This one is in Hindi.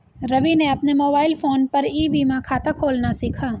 रवि ने अपने मोबाइल फोन पर ई बीमा खाता खोलना सीखा